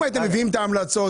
אם הייתם מביאים את ההמלצות,